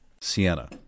Sienna